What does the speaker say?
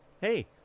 hey